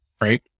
right